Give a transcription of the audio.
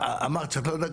אמרת שאת לא יודעת.